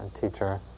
teacher